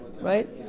Right